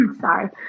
sorry